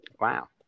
Wow